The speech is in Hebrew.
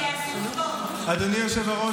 אדוני היושב-ראש,